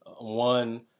one